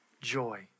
joy